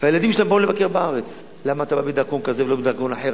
והילדים שלהם גרים בארץ: למה אתה בא בדרכון כזה ולא בדרכון אחר?